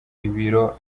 ibiro